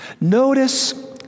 Notice